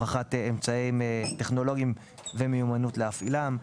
הוכחת אמצעים טכנולוגיים ומיומנות להפעלתם,